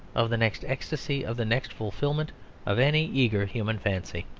of the next ecstasy of the next fulfilment of any eager human fancy.